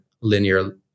linear